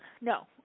no